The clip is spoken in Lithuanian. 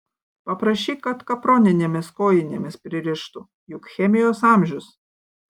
paprašyk kad kaproninėmis kojinėmis pririštų juk chemijos amžius